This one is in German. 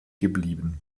geblieben